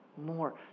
More